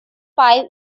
five